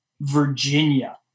Virginia